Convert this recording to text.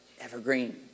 evergreen